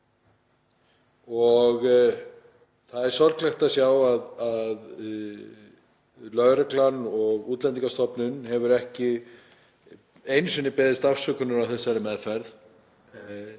Það er sorglegt að sjá að lögreglan og Útlendingastofnun hafi ekki einu sinni beðist afsökunar á þessari meðferð